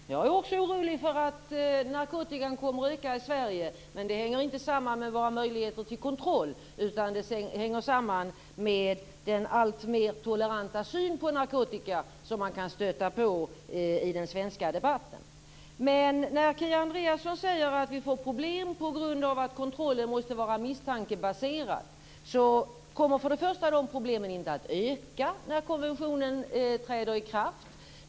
Fru talman! Jag är också orolig för att narkotikan kommer att öka i Sverige. Men det hänger inte samman med våra möjligheter till kontroll, utan det hänger samman med den alltmer toleranta syn på narkotika som man kan stöta på i den svenska debatten. Kia Andreasson säger att vi kommer att få problem på grund av att kontrollen måste vara misstankebaserad. För det första kommer inte dessa problem att öka när konventionen träder i kraft.